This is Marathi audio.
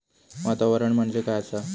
वातावरण म्हणजे काय आसा?